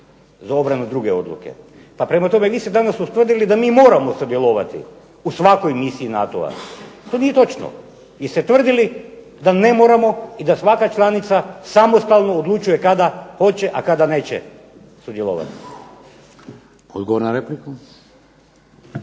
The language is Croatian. za obranu druge odluke. Pa prema tome vi ste danas ustvrdili da mi moramo sudjelovati u svakoj misiji NATO-a. To nije točno! Vi ste tvrdili da ne moramo i da svaka članica samostalno odlučuje kada hoće, a kada neće sudjelovati. **Šeks,